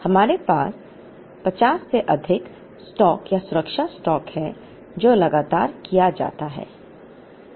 हमारे पास 50 से अधिक स्टॉक या सुरक्षा स्टॉक है जो लगातार किया जाता है